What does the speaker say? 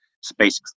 space